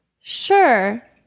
sure